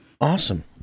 Awesome